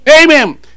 Amen